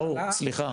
ברור, סליחה.